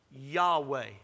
Yahweh